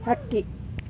ಹಕ್ಕಿ